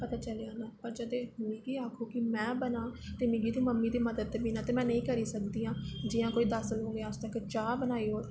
पता चली जंदा पर जते मिगी आक्खो कि में बनां ते मिगी मम्मी दी मदद दे बिना ते नेईं करी सकदी आं जियां कोई दस बंदे आस्तै चाह् बनाई ओड़